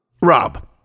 Rob